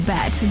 Bet